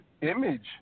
image